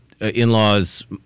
in-laws